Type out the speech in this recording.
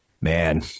Man